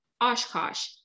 Oshkosh